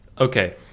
Okay